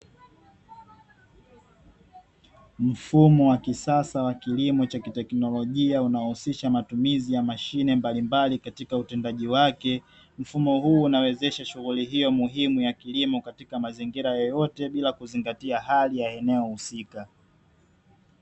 Mfumo wa kisasa wa kilimo cha teknolojia unaohusisha matumizi ya mashine mbalimbali katika utendaji wake, mfumo huu unawezesha shughuli hiyo muhimu ya kilimo katika mazingira yoyote bila kuzingatia hali ya eneo husika.